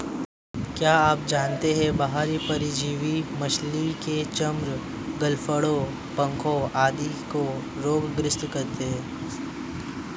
क्या आप जानते है बाह्य परजीवी मछली के चर्म, गलफड़ों, पंखों आदि को रोग ग्रस्त करते हैं?